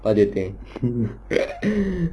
what do you think